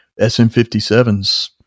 SM57s